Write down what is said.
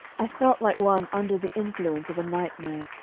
i felt like one under the influence of a nightmare,